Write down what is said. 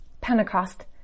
Pentecost